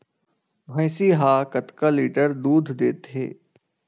भंइसी हा कतका लीटर दूध देथे?